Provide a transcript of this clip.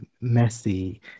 messy